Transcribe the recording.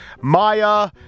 Maya